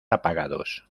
apagados